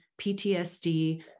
PTSD